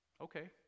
Okay